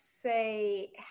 say